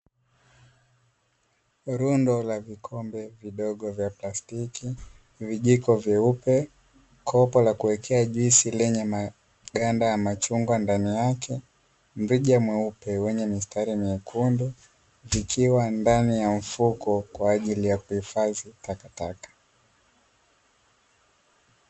Rundo la vikombe vidogo vya plastiki, vijiko vyeupe, kopo la kuwekea juisi lenye maganda ya machungwa ndani yake, mrija mweupe wenye mistari myekundu vikiwa ndani ya mfuko kwa ajili ya kuhifadhi takataka.